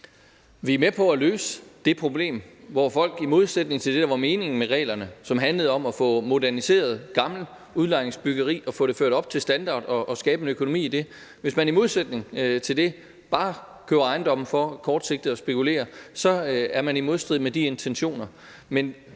Vi er med på at løse det problem, hvor folk i modsætning til det, der var meningen med reglerne, som handlede om at få moderniseret gammelt udlejningsbyggeri og få det ført op til bedre standard og skabe en økonomi i det, bare køber ejendomme for at spekulere kortsigtet, for hvis man gør det, er man i modstrid med de intentioner.